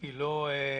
היא לא נדירה.